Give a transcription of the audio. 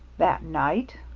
that night?